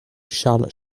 charles